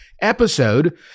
episode